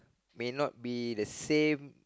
may not be the same